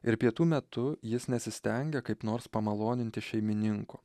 ir pietų metu jis nesistengia kaip nors pamaloninti šeimininko